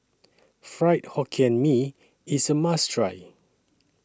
Fried Hokkien Mee IS A must Try